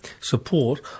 support